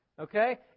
Okay